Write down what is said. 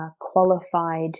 qualified